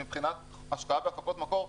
מבחינת השקעת הפקות מקור,